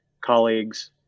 colleagues